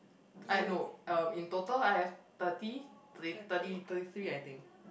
eh no um in total I have thirty thirty thirty three I think